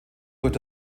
durch